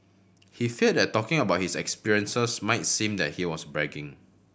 he feared that talking about his experiences might seem like he was bragging